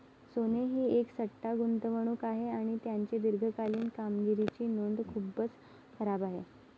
सोने ही एक सट्टा गुंतवणूक आहे आणि त्याची दीर्घकालीन कामगिरीची नोंद खूपच खराब आहे